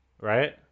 right